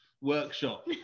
workshop